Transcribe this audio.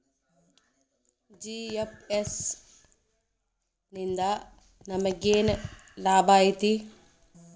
GFS ನಿಂದಾ ನಮೆಗೆನ್ ಲಾಭ ಐತಿ?